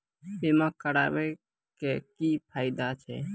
बीमा कराबै के की फायदा छै?